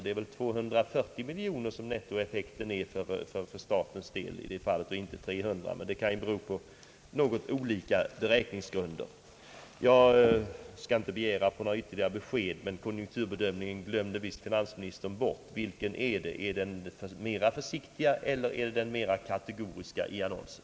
Nettointäkten för statens del är väl 240 miljoner i det fallet och inte 300. Men skillnaden kan ju bero på något olika beräkningsgrunder. Jag skall inte begära att få några ytterligare besked, men finansministern glömde visst bort konjunkturbedömningen. Är det den mera försiktiga eller är det den mera kategoriska i annonsen?